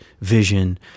vision